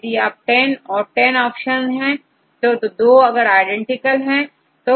यदि यह10 है और10 ऑप्शन है इनमें से दो अगर आईडेंटिकल है